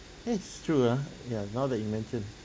that's true ah ya now that you mention